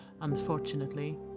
unfortunately